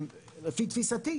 לפי תפיסתי,